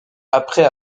après